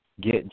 get